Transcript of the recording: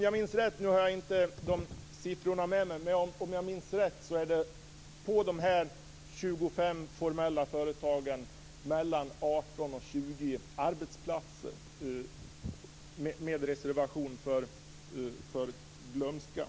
Jag har inte siffrorna med mig, men om jag minns rätt finns det mellan 18 och 20 arbetsplatser inom dessa 25 formella företag - med reservation för glömska.